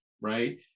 right